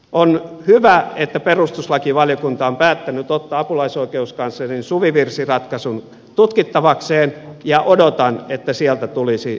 on hyvä että perustuslakivaliokunta on päättänyt ottaa apulaisoikeuskanslerin suvivirsiratkaisun tutkittavakseen ja odotan että sieltä tulisi järkevä tulkinta